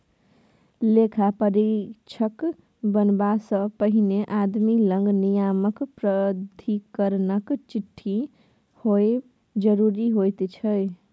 लेखा परीक्षक बनबासँ पहिने आदमी लग नियामक प्राधिकरणक चिट्ठी होएब जरूरी होइत छै